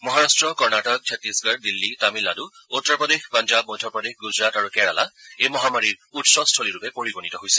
মহাৰট্ট কৰ্ণাটক ছত্তিশগড় দিল্লী তামিলনাডু উত্তৰ প্ৰদেশ পঞ্জাব মধ্যপ্ৰদেশ গুজৰাট আৰু কেৰালা এই মহামাৰীৰ উৎসস্থলীৰূপে পৰিগণিত হৈছে